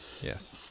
yes